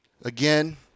Again